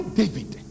david